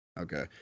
Okay